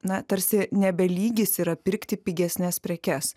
na tarsi nebe lygis yra pirkti pigesnes prekes